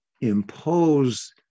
impose